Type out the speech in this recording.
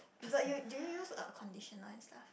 but you do you use a conditioner and stuff